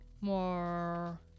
more